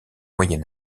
moyen